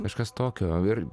kažkas tokio ir